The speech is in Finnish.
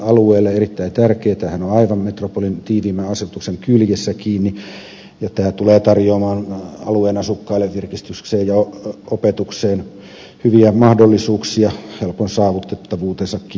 tämähän on aivan metropolin tiiviimmän asutuksen kyljessä kiinni ja tulee tarjoamaan alueen asukkaille virkistykseen ja opetukseen hyviä mahdollisuuksia helpon saavutettavuutensakin johdosta